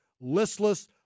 Listless